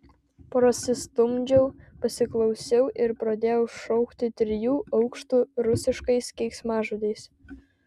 prasistumdžiau pasiklausiau ir pradėjau šaukti trijų aukštų rusiškais keiksmažodžiais